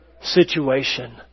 situation